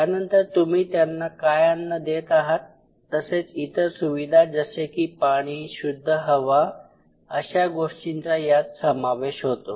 त्यानंतर तुम्ही त्यांना काय अन्न देत आहात तसेच इतर सुविधा जसे की पाणी शुद्ध हवा अशा गोष्टींचा यात समावेश होतो